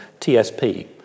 tsp